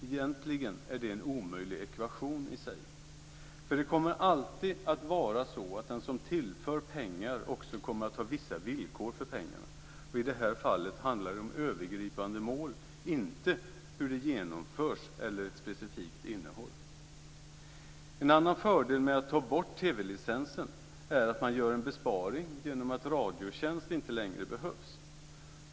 Egentligen är det en omöjlig ekvation i sig. För det kommer alltid att vara så att den som tillför pengar också kommer att ha vissa villkor för pengarna. I det här fallet handlar det om övergripande mål, inte om hur de genomförs eller om ett specifikt innehåll. En annan fördel med att ta bort TV-licensen är att man gör en besparing genom att Radiotjänst inte längre behövs.